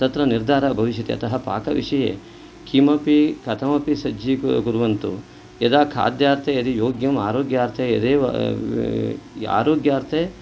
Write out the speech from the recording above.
तत्र निर्धारः भविष्यति अतः पाकविषये किमपि कथमपि सज्जी कुर्वन्तु यदा खाद्यार्थे यदि योग्यम् आरोग्यार्थे आरोग्यार्थे